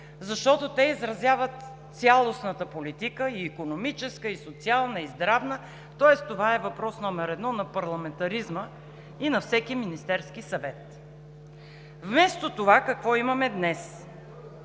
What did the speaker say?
защото те изразяват цялостната политика – и икономическа, и социална, и здравна, тоест това е въпрос номер едно на парламентаризма и на всеки Министерски съвет. Вместо това какво имаме днес?